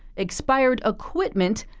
expired equipment,